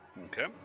Okay